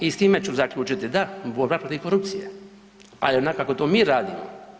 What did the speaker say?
I s time ću zaključiti, da borba protiv korupcije, ali onako kako mi to radimo.